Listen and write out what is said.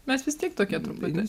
mes vis tiek tokie truputį